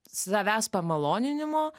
savęs pamaloninimo